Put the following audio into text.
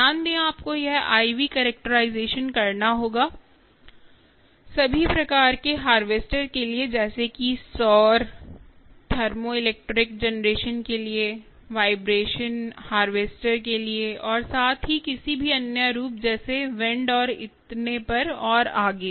ध्यान दें आपको यह IV कैरेक्टराइजेशन करना होगा सभी प्रकार के हार्वेस्टर के लिए जैसे कि सौर थर्मोइलेक्ट्रिक जनरेशन के लिए वाइब्रेशन हार्वेस्टर के लिए और साथ ही किसी भी अन्य रूप जैसे विंड और इतने पर और आगे